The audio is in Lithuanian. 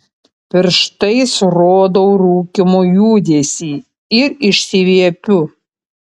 pirštais rodau rūkymo judesį ir išsiviepiu